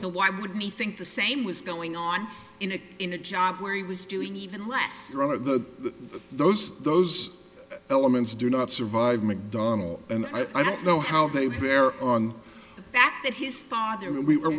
so why would me think the same was going on in a in a job where he was doing even less that those those elements do not survive and i don't know how they were there on the fact that his father and we were